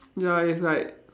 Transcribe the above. ya it's like